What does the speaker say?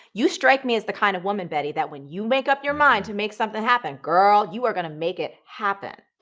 you strike me as the kind of woman, betty, that when you make up your mind to make something happen, girl, you are going to make it happen.